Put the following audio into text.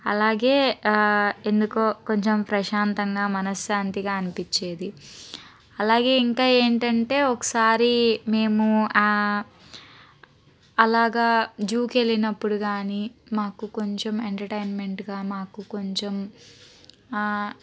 అలాగే ఎందుకో కొంచెం ప్రశాంతంగా మనశాంతిగా అనిపించేది అలాగే ఇంకా ఏంటంటే ఒకసారి మేము అలాగా జూకు వెళ్ళినప్పుడు కానీ మాకు కొంచెం ఎంటర్టైన్మెంట్గా మాకు కొంచెం